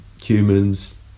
Humans